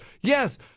Yes